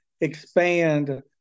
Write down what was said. expand